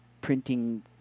printing